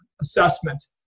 assessment